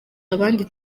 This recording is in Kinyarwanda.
abandi